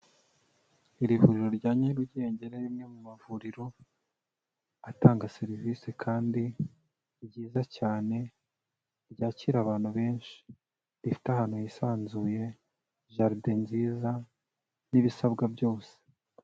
Iri vuriro rya Nyarugenge ni rimwe mu mavuriro atanga serivisi kandi ryiza cyane, ryakira abantu benshi, rifite ahantu hisanzuye, jaride nziza n'ibisabwa byose.